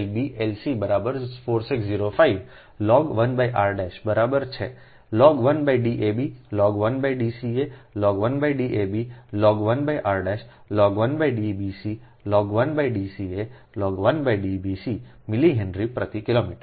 L b L c બરાબર 4605 log 1 r' બરાબર છે log 1 D ab log 1 D ca log 1 D ab log 1 r log 1 D bc log 1 D ca log 1 D bc millihenry પર પ્રતિ kilometre